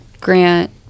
Grant